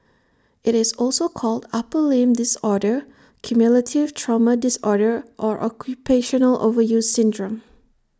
IT is also called upper limb disorder cumulative trauma disorder or occupational overuse syndrome